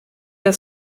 der